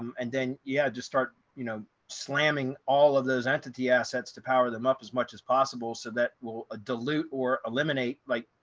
um and then yeah, just start, you know, slamming all of those entity assets to power them up as much as possible. so that will dilute or eliminate, like,